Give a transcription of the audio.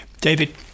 David